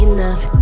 Enough